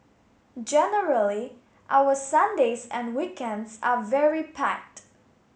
generally our Sundays and weekends are very packed